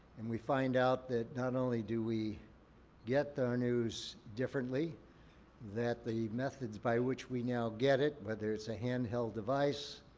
and we find out that not only do we get our news differently that the methods by which we now get it, whether it's a handheld device,